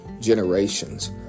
generations